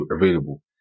available